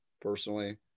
personally